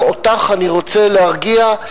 גם אותך אני רוצה להרגיע,